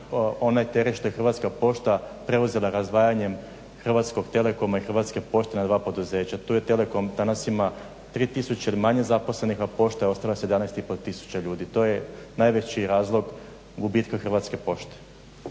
onaj teret što je Hrvatska pošta preuzela razdvajanjem Hrvatskog telekoma i Hrvatske pošte na dva poduzeća. Tu je Telekom danas ima 3 tisuće ili manje zaposlenih, a Pošta je ostala s 11,5 tisuća ljudi. To je najveći razlog gubitka Hrvatske pošte.